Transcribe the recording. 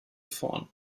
vorn